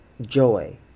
joy